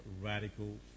radical